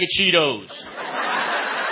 Cheetos